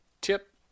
tip